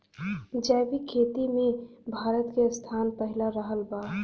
जैविक खेती मे भारत के स्थान पहिला रहल बा